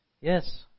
yes